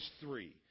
three